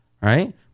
right